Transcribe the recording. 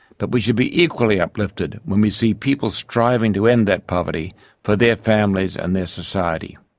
but we should be equally uplifted when we see people striving to end that poverty for their families and their society.